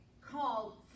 called